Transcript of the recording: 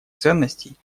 ценностей